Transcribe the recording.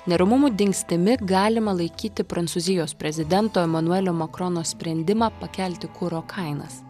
neramumų dingstimi galima laikyti prancūzijos prezidento emanuelio makrono sprendimą pakelti kuro kainas